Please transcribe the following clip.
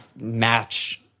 match